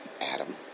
Adam